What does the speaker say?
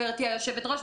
גברתי היושבת-ראש,